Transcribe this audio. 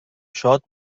شاد